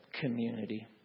community